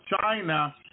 China